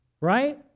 right